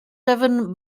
seven